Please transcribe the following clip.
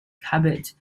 cabot